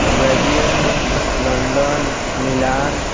वैजिंग Beijing London Milan